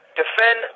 defend